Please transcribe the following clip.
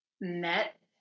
met